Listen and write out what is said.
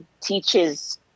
teaches